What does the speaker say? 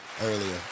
earlier